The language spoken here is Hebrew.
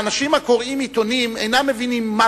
האנשים הקוראים עיתונים אינם מבינים מה